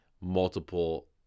multiple